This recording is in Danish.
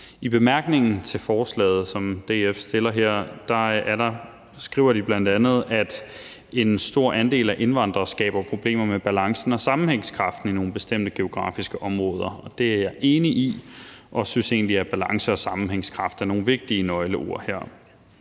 I bemærkningerne til forslaget, som DF fremsætter her, skriver de bl.a., at en stor andel af indvandrere skaber problemer med balancen og sammenhængskraften i nogle bestemte geografiske områder, og det er jeg enig i, og jeg synes egentlig, at balance og sammenhængskraft er nogle vigtige nøgleord her.